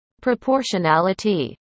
proportionality